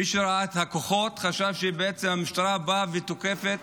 מי שראה את הכוחות חשב שהמשטרה באה ותוקפת